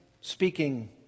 speaking